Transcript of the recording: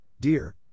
dear